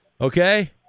Okay